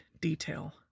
detail